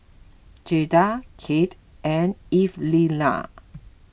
Jayda Kate and Evelena